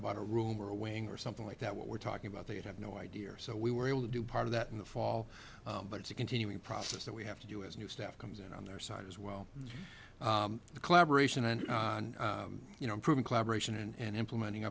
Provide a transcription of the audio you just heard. about a room or a wing or something like that what we're talking about they have no idea or so we were able to do part of that in the fall but it's a continuing process that we have to do as new staff comes in on their side as well the collaboration and you know improving collaboration and implementing